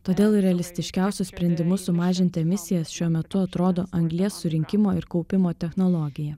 todėl realistiškiausiu sprendimu sumažinti emisijas šiuo metu atrodo anglies surinkimo ir kaupimo technologija